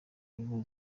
ariho